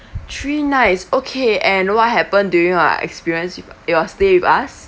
three nights okay and what happened during your experience your stay with us